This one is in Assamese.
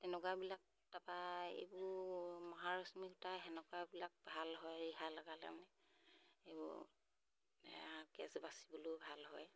তেনেকুৱাবিলাক তাপা এইবোৰ মহাৰশ্মি সূতা সেনেকুৱাবিলাক ভাল হয় ৰিহা লগালে মানে এইবোৰ কেচ বাচিবলৈও ভাল হয়